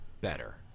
better